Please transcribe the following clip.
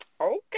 Okay